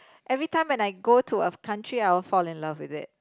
everytime when I go to a country I will fall in love with it